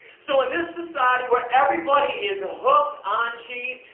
so in this society, where everybody is hooked on cheese.